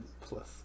plus